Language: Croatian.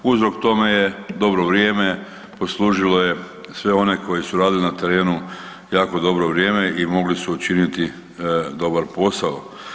Uzrok tome je dobro vrijeme, poslužilo je sve one koji su radili na terenu jako dobro vrijeme i mogli su učini dobar posao.